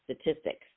statistics